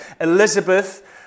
Elizabeth